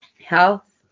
health